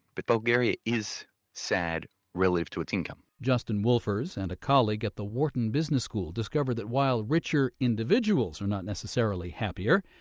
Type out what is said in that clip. but bulgaria is sad relative to its income justin wolfers and a colleague at the wharton business school discovered that while richer individuals are not necessarily happier,